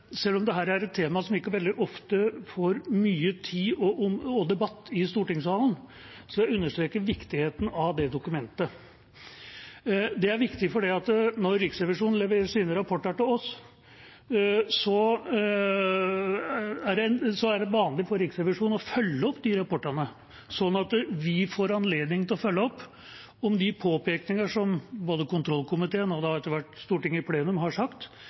selv om dette er et tema som ikke veldig ofte får mye tid og debatt i stortingssalen, vil jeg understreke viktigheten av det dokumentet. Det er viktig fordi når Riksrevisjonen leverer sine rapporter til oss, er det vanlig for Riksrevisjonen å følge opp de rapportene, slik at vi får anledning til å følge opp om de påpekninger som både kontrollkomiteen og etter hvert Stortinget i plenum har